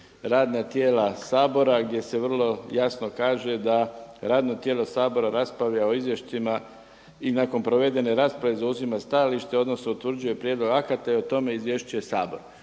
„Radna tijela Sabora gdje se vrlo jasno kaže da radno tijelo Sabora raspravlja o izvješćima i nakon provedene rasprave zauzima stajalište odnosno utvrđuje prijedlog akata i o tome izvješćuje Sabor“.